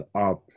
up